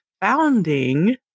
founding